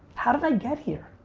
how did i get here?